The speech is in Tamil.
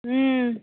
ம்